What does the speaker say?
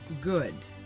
good